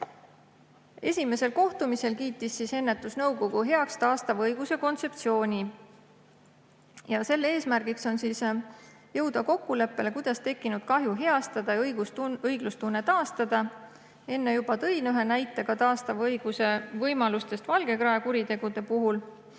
Esimesel kohtumisel kiitis ennetusnõukogu heaks taastava õiguse kontseptsiooni. Selle eesmärk on jõuda kokkuleppele, kuidas tekkinud kahju heastada ja õiglustunne taastada. Enne juba tõin ühe näite ka taastava õiguse võimalustest valgekraede kuritegude puhul,